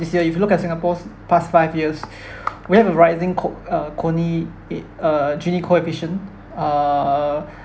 this year if you look at singapore's past five years we have a rising co~ uh co~ it uh gini coefficient err